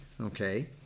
okay